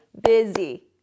busy